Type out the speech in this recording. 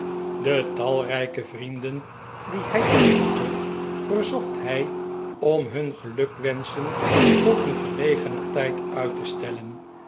de talrijke vrienden die hij ontmoette verzocht hij om hun gelukwenschen tot een gelegener tijd uit te stellen